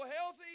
healthy